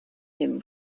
him